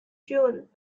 june